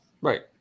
Right